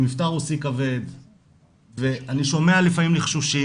עם מבטא רוסי כבד ואני שומע לפעמים לחשושים